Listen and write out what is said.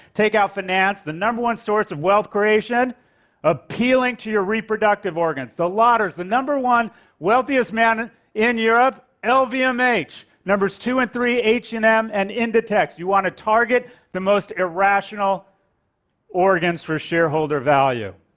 take out finance. the number one source of wealth creation appealing to your reproductive organs. the lauders the number one wealthiest man in europe, lvmh. numbers two and three h and m and inditex. you want to target the most irrational organs for shareholder value.